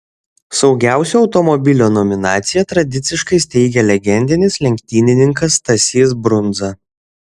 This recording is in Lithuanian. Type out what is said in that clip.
saugiausio automobilio nominaciją tradiciškai steigia legendinis lenktynininkas stasys brundza